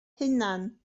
hunain